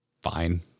fine